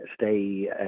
stay